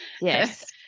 yes